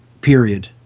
Period